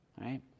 right